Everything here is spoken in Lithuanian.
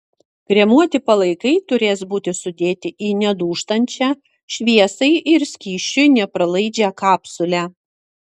kremuoti palaikai turės būti sudėti į nedūžtančią šviesai ir skysčiui nepralaidžią kapsulę